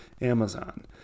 Amazon